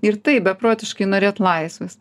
ir taip beprotiškai norėt laisvės